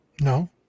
No